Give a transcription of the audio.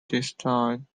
destroyed